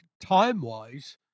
time-wise